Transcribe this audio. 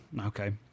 okay